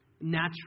natural